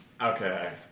okay